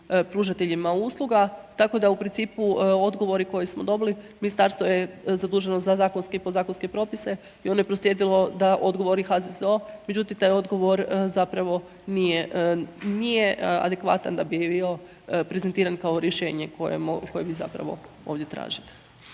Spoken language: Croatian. pružateljima usluga. Tako da u principu odgovori koje smo dobili, ministarstvo je zaduženo za zakonske i podzakonske propise i ono je proslijedilo da odgovori HZZO, međutim taj odgovor zapravo nije adekvatan da bi bio prezentiran kao rješenje koje vi zapravo ovdje tražite.